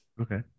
Okay